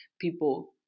people